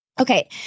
Okay